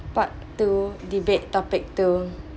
part two debate topic two